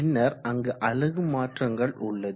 பின்னர் அங்கு அலகு மாற்றங்கள் உள்ளது